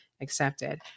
accepted